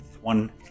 one